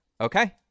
Okay